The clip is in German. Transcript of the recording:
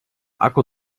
akku